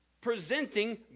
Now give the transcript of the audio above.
Presenting